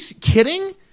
kidding